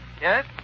Yes